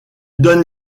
donne